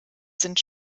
sind